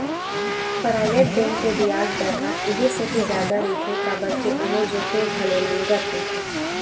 private bank के बियाज दर ह इहि सेती जादा रहिथे काबर के ओमा जोखिम घलो नँगत रहिथे